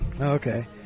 Okay